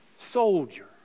soldier